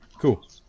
cool